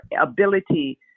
ability